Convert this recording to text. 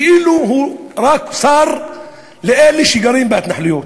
כאילו הוא רק שר לאלה שגרים בהתנחלויות,